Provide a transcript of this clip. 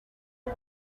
can